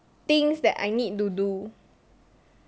things that I need to do